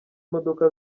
imodoka